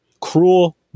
Cruel